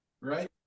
right